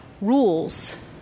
rules